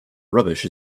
rubbish